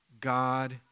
God